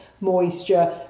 moisture